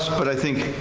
but i think